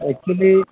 actually